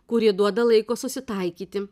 kuri duoda laiko susitaikyti